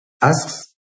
asks